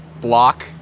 block